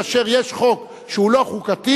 כאשר יש חוק שלא חוקתי,